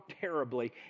terribly